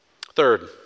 Third